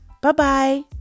Bye-bye